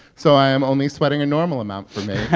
so i am only sweating a normal amount for me.